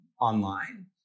online